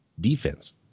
defense